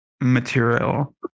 material